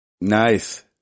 Nice